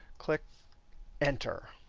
click enter.